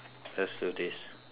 let's do this